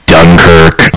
Dunkirk